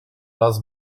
las